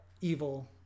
Evil